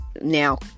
now